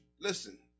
Listen